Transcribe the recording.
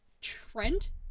Trent